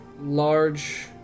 large